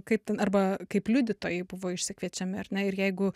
kaip ten arba kaip liudytojai buvo išsikviečiami ar ne ir jeigu